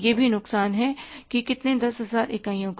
यह भी नुकसान है कि कितने10000 इकाइयों का